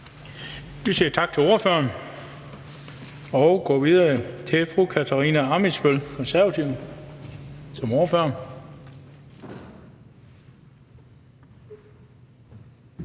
Vi siger tak til ordføreren og går videre til fru Katarina Ammitzbøll som ordfører